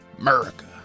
America